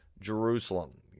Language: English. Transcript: Jerusalem